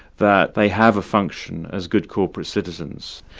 that they have a function as good corporate citizens.